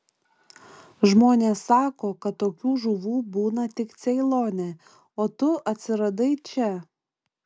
žmonės sako kad tokių žuvų būna tik ceilone o tu atsiradai čia